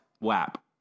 WAP